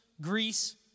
Greece